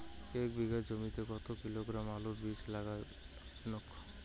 এক বিঘা জমিতে কতো কিলোগ্রাম আলুর বীজ লাগা লাভজনক?